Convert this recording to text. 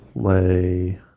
play